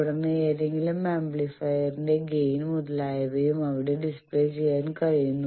തുടർന്ന് ഏതെങ്കിലും ആംപ്ലിഫയറിന്റെ ഗൈൻ മുതലായവയും അവിടെ ഡിസ്പ്ലേ ചെയ്യാൻ കഴിയുന്നു